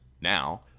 Now